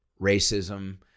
racism